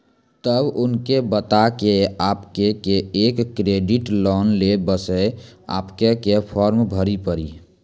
तब उनके बता के आपके के एक क्रेडिट लोन ले बसे आपके के फॉर्म भरी पड़ी?